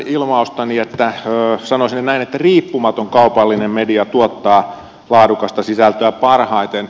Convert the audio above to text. sanoisin näin että riippumaton kaupallinen media tuottaa laadukasta sisältöä parhaiten